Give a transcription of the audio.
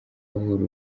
avura